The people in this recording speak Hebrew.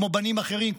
כמו בנים אחרים,